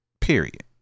Period